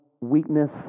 weakness